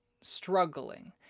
struggling